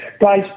guys